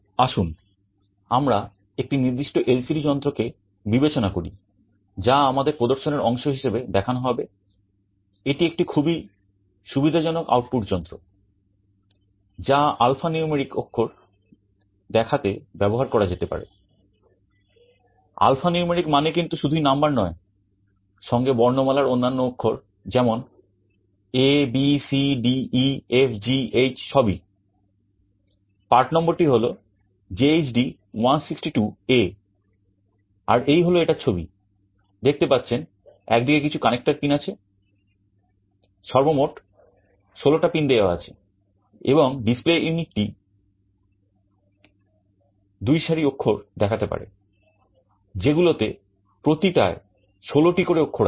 আসুন আমরা একটি নির্দিষ্ট এলসিডি অক্ষর দেখাতে পারে যেগুলোতে প্রতিটায় ষোলটি করে অক্ষর আছে